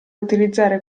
utilizzare